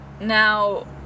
Now